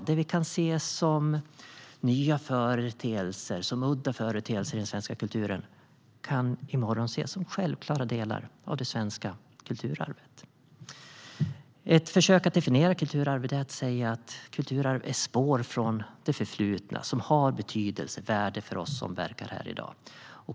Det vi i dag kan se som nya företeelser eller udda företeelser i den svenska kulturen kan i morgon ses som självklara delar av det svenska kulturarvet. Ett försök att definiera kulturarv är att säga att kulturarv är spår från det förflutna som har en betydelse och ett värde för oss som verkar här i dag.